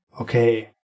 okay